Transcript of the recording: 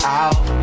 out